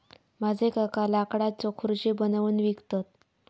माझे काका लाकडाच्यो खुर्ची बनवून विकतत